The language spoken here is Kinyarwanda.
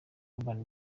urban